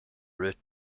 route